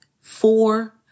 four